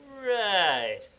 Right